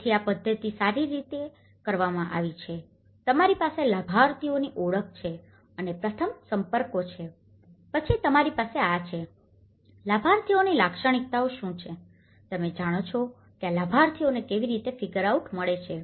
તેથી આ પદ્ધતિ આ રીતે કરવામાં આવી છે તમારી પાસે લાભાર્થીઓની ઓળખ છે અને પ્રથમ સંપર્કો છે પછી તમારી પાસે આ છે લાભાર્થીઓની લાક્ષણિકતાઓ શું છે તમે જાણો છો કે આ લાભાર્થીઓને કેવી રીતે ફિગર આઉટ મળે છે